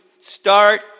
start